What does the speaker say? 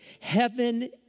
Heaven